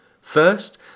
First